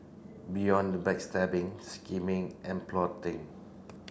beyond the backstabbing scheming and plotting